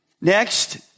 Next